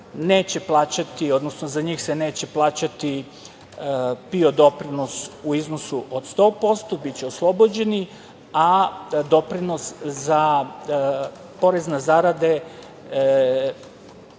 neće plaćati, odnosno za njih se neće plaćati PIO doprinos u iznosu od 100%. Biće oslobođeni, a doprinos za porez na zarade